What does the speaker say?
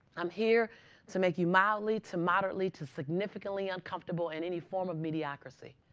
i'm here to make you mildly, to moderately, to significantly uncomfortable and any form of mediocracy.